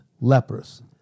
lepers